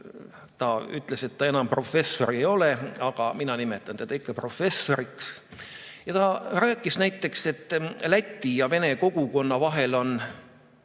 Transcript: Ta ütles, et ta enam professor ei ole, aga mina nimetan teda ikka professoriks. Ta rääkis, et läti ja vene kogukonna vahel on